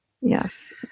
Yes